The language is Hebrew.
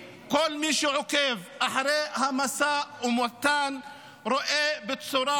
כל מי שעוקב אחרי המשא ומתן רואה בצורה